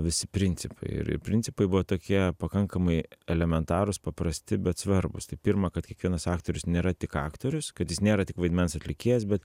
visi principai ir principai buvo tokie pakankamai elementarūs paprasti bet svarbūs tai pirma kad kiekvienas aktorius nėra tik aktorius kad jis nėra tik vaidmens atlikėjas bet